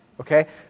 Okay